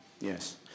Yes